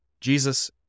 Jesus